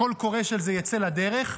הקול הקורא של זה יצא לדרך.